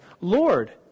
lord